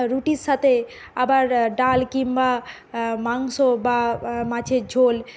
রুটির সাথে আবার ডাল কিংবা মাংস বা মাছের ঝোল